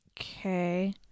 okay